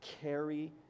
carry